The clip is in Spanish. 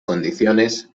condiciones